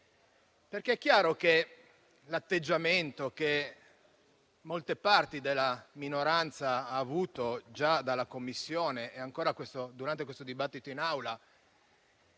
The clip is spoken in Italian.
È chiaro infatti che l'atteggiamento che molta parte della minoranza ha avuto già dai lavori in Commissione e ancora durante questo dibattito in Aula,